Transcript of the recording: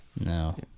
No